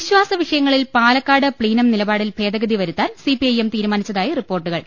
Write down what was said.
വിശ്വാസ വിഷയങ്ങളിൽ പാലക്കാട്ട് പ്ലീനം നിലപാടിൽ ഭേദ ഗതി വരുത്താൻ സിപിഐഎം തീരൂമാനിച്ചതായി റിപ്പോർട്ടുകൾ